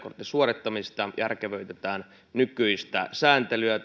suorittamista järkevöitetään nykyistä sääntelyä